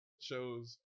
shows